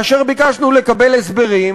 כאשר ביקשנו לקבל הסברים,